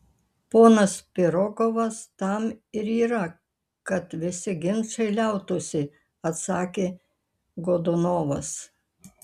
ponas pirogovas tam ir yra kad visi ginčai liautųsi atsakė godunovas